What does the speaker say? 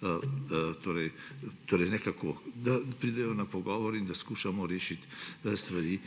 pridejo, da pridejo na pogovor in da poskušamo rešiti stvari